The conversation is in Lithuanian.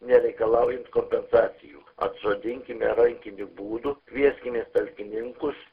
nereikalaujant kompensacijų atsodinkime rankiniu būdu kvieskimės talkininkus